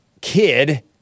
kid